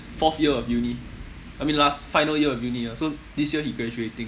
fourth year of uni I mean last final year of uni ah so this year he graduating